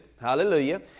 Hallelujah